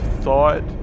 thought